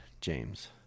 James